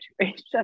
situation